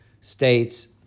states